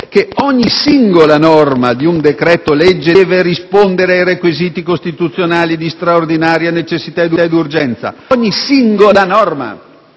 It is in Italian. che ogni singola norma di un decreto‑legge deve rispondere ai requisiti costituzionali di straordinaria necessità ed urgenza. Adesso ditemi